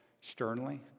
sternly